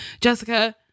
Jessica